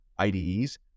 IDEs